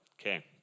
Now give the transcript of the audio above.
Okay